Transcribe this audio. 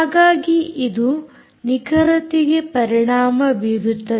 ಹಾಗಾಗಿ ಇದು ನಿಖರತೆಗೆ ಪರಿಣಾಮ ಬೀರುತ್ತದೆ